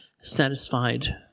satisfied